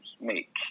make